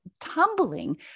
tumbling